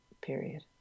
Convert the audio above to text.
period